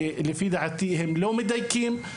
לפי דעתי הם לא מדייקים.